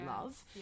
love